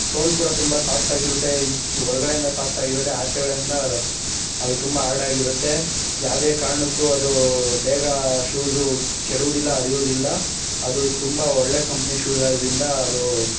ಸೋಲ್ ಕೂಡ ತುಂಬ ಸಾಫ್ಟಾಗಿರುತ್ತೆ ಇನ್ನು ಒಳಗಡೆಯಿಂದ ಸಾಫ್ಟಾಗಿರುತ್ತೆ ಆಚೆಕಡೆಯಿಂದ ರಫ್ ಅದು ತುಂಬ ಆರ್ಡಾಗಿರುತ್ತೆ ಯಾವುವಿದೆ ಕಾರಣಕ್ಕೂ ಅದು ಬೇಗ ಶೂಸು ಕೆಡುವುದಿಲ್ಲ ಹರಿಯುವುದಿಲ್ಲ ಅದು ತುಂಬ ಒಳ್ಳೆಯ ಕಂಪ್ನಿ ಶೂಸಾದ್ದರಿಂದ ಅದು